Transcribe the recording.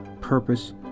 purpose